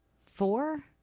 Four